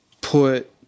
put